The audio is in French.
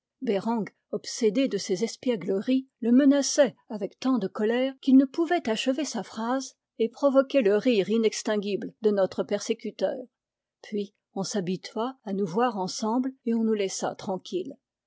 reng obsédé de ces espiègleries le menaçait avec tant de colère qu'il ne pouvait achever sa phrase et provoquait le rire inextinguible de notre persécuteur puis on s'habitua à nous voir ensemble et on nous laissa tranquilles